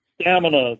stamina